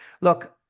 look